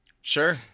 Sure